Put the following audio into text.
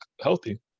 healthy